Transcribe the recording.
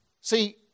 See